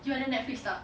you ada Netflix tak